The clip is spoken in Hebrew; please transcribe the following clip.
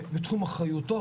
שבתחום אחריותו,